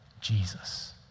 Jesus